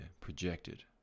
projected